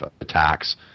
attacks